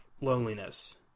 loneliness